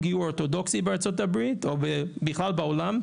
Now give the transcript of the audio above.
גיור אורתודוקסי בארצות הברית או בכלל בעולם,